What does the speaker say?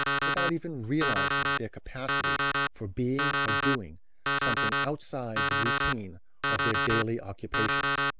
without even realizing their capacity for being or doing something outside the routine of their daily occupations.